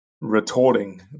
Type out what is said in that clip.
retorting